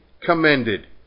commended